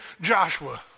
Joshua